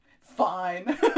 fine